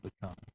become